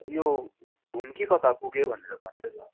यो घुम कि कता पुग्यो भनेर भन्दैछ